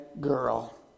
girl